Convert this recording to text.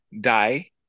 die